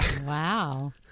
Wow